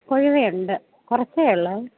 കൊഴുവയുണ്ട് കുറച്ചേ ഉള്ളേ